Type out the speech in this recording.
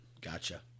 Gotcha